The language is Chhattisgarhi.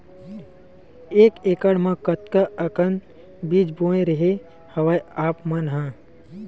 एक एकड़ म कतका अकन बीज बोए रेहे हँव आप मन ह?